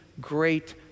great